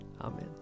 Amen